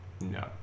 No